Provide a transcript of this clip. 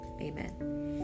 Amen